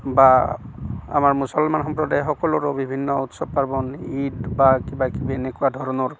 বা আমাৰ মুছলমান সম্প্ৰদায়সকলৰো বিভিন্ন উৎসৱ পাৰ্বণ ঈদ বা কিবাকিবি এনেকুৱা ধৰণৰ